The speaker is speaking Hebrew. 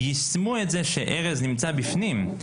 יישמו את זה שארז נמצא בפנים,